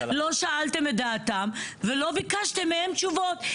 לא שאלתם את דעתם ולא ביקשתם מהם תשובות,